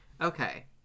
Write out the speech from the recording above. Okay